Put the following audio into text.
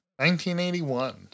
1981